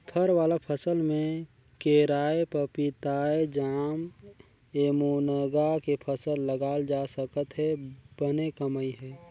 फर वाला फसल में केराएपपीताएजामएमूनगा के फसल लगाल जा सकत हे बने कमई हे